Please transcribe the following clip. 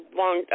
long